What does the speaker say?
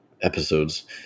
episodes